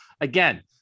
Again